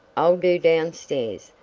i'll do down stairs,